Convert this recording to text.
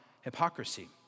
hypocrisy